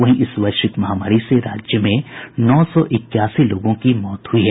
वहीं इस वैश्विक महामारी से राज्य में नौ सौ इक्यासी लोगों की मौत हुई है